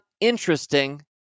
interesting